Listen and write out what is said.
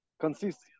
consists